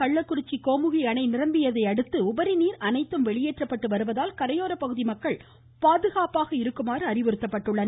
கள்ளக்குறிச்சி கோமுகி அணை நிரம்பியுள்ளதை அடுத்து உபரிநீர் அனைத்தும் வெளியேற்றப்பட்டு வருவதால் கரையோர பகுதி மக்கள் பாதுகாப்பாக இருக்குமாறு அறிவுறுத்தப்பட்டுள்ளனர்